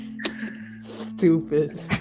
Stupid